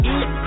Eat